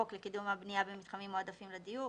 חוק לקידום הבנייה במתחמים מועדפים לדיור,